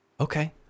Okay